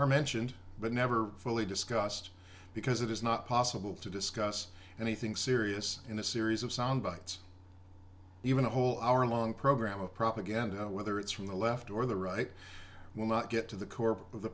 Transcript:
are mentioned but never fully discussed because it is not possible to discuss anything serious in a series of soundbites even a whole hour long program of propaganda whether it's from the left or the right will not get to the